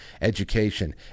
education